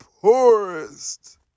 poorest